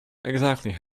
exactly